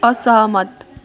असहमत